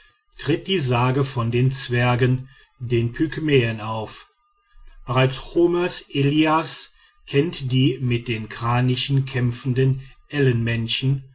tritt die sage von den zwergen den pygmäen auf bereits homers ilias kennt die mit den kranichen kämpfenden